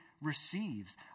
receives